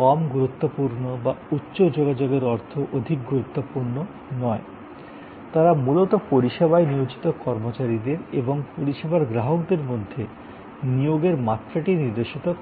কম গুরুত্বপূর্ণ বা উচ্চ যোগাযোগের অর্থ অধিক গুরুত্বপূর্ণ না তারা মূলত পরিষেবায় নিয়োজিত কর্মচারীদের এবং পরিষেবার গ্রাহকদের মধ্যে নিয়োগের মাত্রাটি নির্দেশিত করে